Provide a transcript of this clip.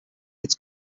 its